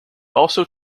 also